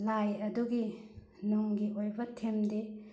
ꯂꯥꯏ ꯑꯗꯨꯒꯤ ꯅꯨꯡꯒꯤ ꯑꯣꯏꯕ ꯊꯤꯝꯗꯤ